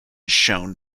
shown